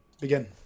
begin